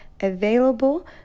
available